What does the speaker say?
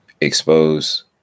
expose